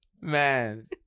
Man